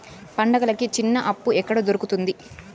పండుగలకి చిన్న అప్పు ఎక్కడ దొరుకుతుంది